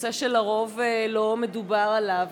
נושא שלרוב לא מדברים עליו,